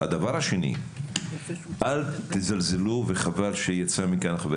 הדבר השני, אל תזלזלו וחבל שיצא מכאן חבר